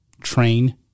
train